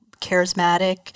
charismatic